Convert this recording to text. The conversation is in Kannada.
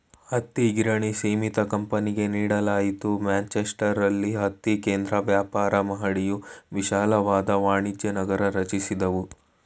ಹತ್ತಿಗಿರಣಿ ಸೀಮಿತ ಕಂಪನಿಗೆ ನೀಡಲಾಯ್ತು ಮ್ಯಾಂಚೆಸ್ಟರಲ್ಲಿ ಹತ್ತಿ ಕೇಂದ್ರ ವ್ಯಾಪಾರ ಮಹಡಿಯು ವಿಶಾಲವಾದ ವಾಣಿಜ್ಯನಗರ ರಚಿಸಿದವು